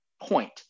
point